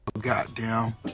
goddamn